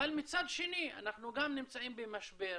אבל מצד שני אנחנו נמצאים במשבר,